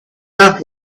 that